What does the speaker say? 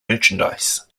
merchandise